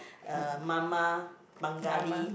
uh mama Bengali